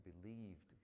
believed